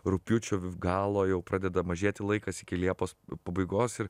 rugpjūčio galo jau pradeda mažėti laikas iki liepos pabaigos ir